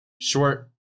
short